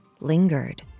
lingered